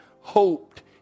hoped